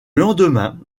lendemain